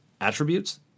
attributes